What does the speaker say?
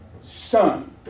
son